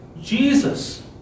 Jesus